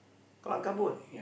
Garang Gabok